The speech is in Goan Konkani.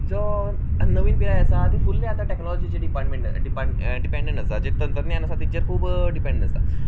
जो नवीन पिराय आसा ती फूल आतां टेक्नॉलॉजीचेर डिपेंडंट आसा जी तंत्रज्ञान आसा तेचेर खूब डिपेंडंट आसा